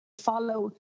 follow